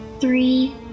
three